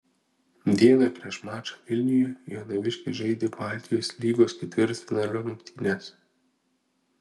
dieną prieš mačą vilniuje jonaviškės žaidė baltijos lygos ketvirtfinalio rungtynes